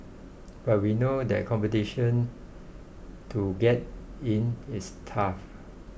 but we know that competition to get in is tough